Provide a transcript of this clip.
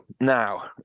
Now